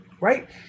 right